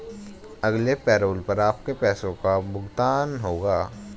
अगले पैरोल पर आपके पैसे का भुगतान होगा